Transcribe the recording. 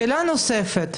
שאלה נוספת.